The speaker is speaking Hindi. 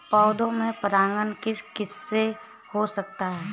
पौधों में परागण किस किससे हो सकता है?